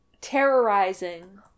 terrorizing